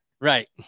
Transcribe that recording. Right